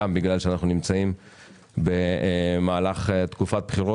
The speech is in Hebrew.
גם בגלל שאנחנו נמצאים במהלך תקופת בחירות.